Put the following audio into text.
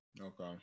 okay